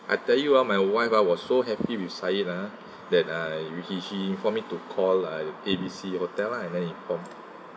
I tell you ah my wife ah was so happy with sayid ah that which is she informed me to call uh A_B_C hotel lah and then inform